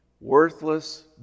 Worthless